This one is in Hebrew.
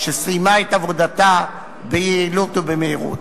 שסיימה את עבודתה ביעילות ובמהירות.